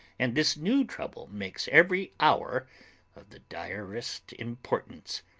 and this new trouble makes every hour of the direst importance.